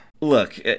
Look